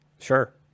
sure